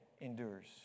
endures